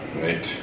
Right